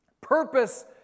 purpose